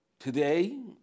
Today